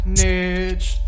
niche